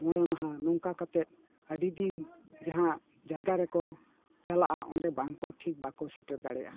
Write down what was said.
ᱢᱚᱬᱮ ᱢᱟᱦᱟ ᱱᱚᱝᱠᱟ ᱠᱟᱛᱮᱫ ᱟᱹᱰᱤ ᱫᱤᱱ ᱡᱟᱦᱟᱸ ᱡᱟᱭᱜᱟ ᱨᱮᱠᱚ ᱪᱟᱞᱟᱜᱼᱟ ᱚᱸᱰᱮ ᱵᱟᱝᱠᱚ ᱴᱷᱤᱠ ᱵᱟᱝᱠᱚ ᱥᱮᱴᱮᱨ ᱫᱟᱲᱮᱭᱟᱜᱼᱟ